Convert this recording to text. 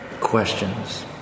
Questions